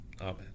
Amen